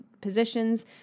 positions